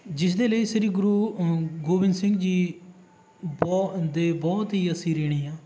ਜਿਸ ਦੇ ਲਈ ਸ਼੍ਰੀ ਗੁਰੂ ਗੋਬਿੰਦ ਸਿੰਘ ਜੀ ਬਹੁ ਦੇ ਬਹੁਤ ਹੀ ਅਸੀਂ ਰਿਣੀ ਹਾਂ